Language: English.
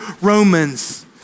Romans